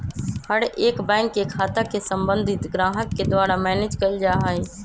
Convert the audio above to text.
हर एक बैंक के खाता के सम्बन्धित ग्राहक के द्वारा मैनेज कइल जा हई